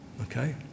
okay